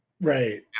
Right